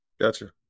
Gotcha